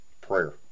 prayer